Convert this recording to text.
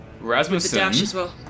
Rasmussen